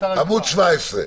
סעיף 1(2)(2א)(א)